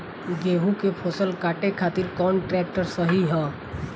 गेहूँ के फसल काटे खातिर कौन ट्रैक्टर सही ह?